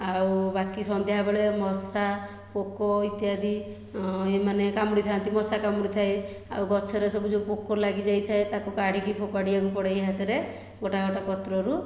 ଆଉ ବାକି ସନ୍ଧ୍ୟାବେଳେ ମଶା ପୋକ ଇତ୍ୟାଦି ଏମାନେ କାମୁଡ଼ିଥାନ୍ତି ମଶା କାମୁଡ଼ିଥାଏ ଆଉ ଗଛରେ ସବୁ ଯେଉଁ ପୋକ ଲାଗି ଯାଇଥାଏ ତାକୁ କାଢ଼ିକି ଫୋପାଡ଼ିବାକୁ ପଡ଼େ ଏଇ ହାତରେ ଗୋଟା ଗୋଟା ପତ୍ରରୁ